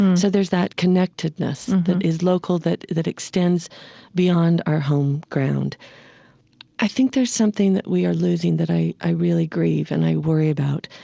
so there's that connectedness that is local, that that extends beyond our home ground i think there's something that we are losing that i i really grieve and i worry about,